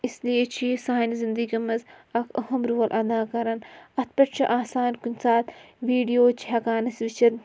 اِسلیے چھِ یہِ سانہِ زندگی منٛز اَکھ اہم رول اَدا کَران اَتھ پٮ۪ٹھ چھُ آسان کُنہِ ساتہٕ ویٖڈیو چھِ ہٮ۪کان أسۍ وٕچھِتھ